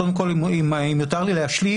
קודם כל אם יותר לי להשלים,